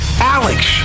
Alex